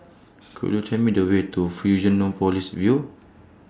Could YOU Tell Me The Way to Fusionopolis View